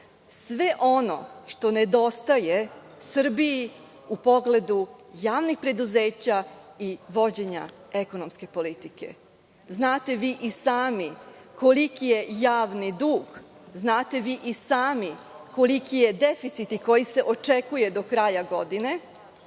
sve ono što nedostaje Srbiji u pogledu javnih preduzeća i vođenja ekonomske politike. Znate vi i sami koliki je javni dug. Znate vi i sami koliki je deficit i koliko se očekuje do kraja godine.